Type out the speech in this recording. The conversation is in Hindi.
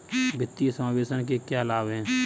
वित्तीय समावेशन के क्या लाभ हैं?